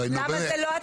או נו באמת.